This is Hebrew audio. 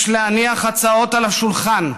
יש להניח הצעות על השולחן,